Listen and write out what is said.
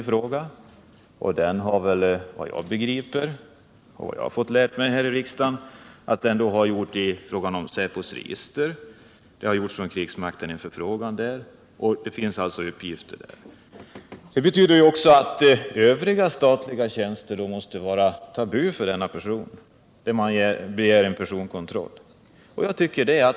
Den kontrollen har väl enligt vad jag begriper och enligt vad jag har fått lära mig här i riksdagen gått till på det sättet att krigsmakten har gjort en förfrågan hos säpo. Det måste alltså ha funnits uppgifter om den här personen i säpos register. Det betyder också att övriga statliga tjänster måste vara tabu för denna person, när man begär en personkontroll.